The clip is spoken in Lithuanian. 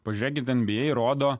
pažiūrėkit nba rodo